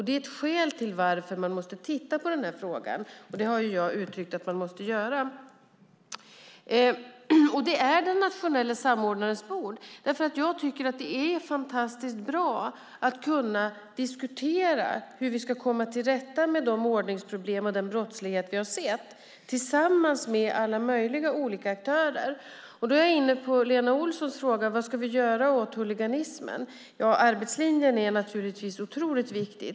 Det är ett skäl till att man måste titta på frågan, vilket jag har uttryckt att man måste göra. Frågan ligger på den nationella samordnarens bord. Jag tycker att det är fantastiskt bra att kunna diskutera hur vi ska komma till rätta med de ordningsproblem och den brottslighet som vi har sett, tillsammans med alla möjliga olika aktörer. Då är jag inne på Lena Olssons fråga om vad vi ska göra åt huliganismen. Ja, arbetslinjen är naturligtvis otroligt viktig.